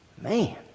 Man